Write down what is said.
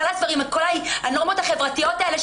חַלַס כבר עם כל הנורמות החברתיות האלה,